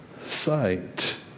sight